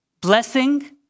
blessing